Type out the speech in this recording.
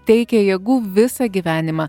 teikė jėgų visą gyvenimą